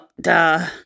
Duh